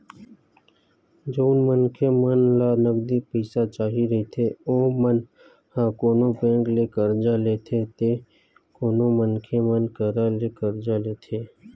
जउन मनखे मन ल नगदी पइसा चाही रहिथे ओमन ह कोनो बेंक ले करजा लेथे ते कोनो मनखे मन करा ले करजा लेथे